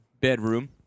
bedroom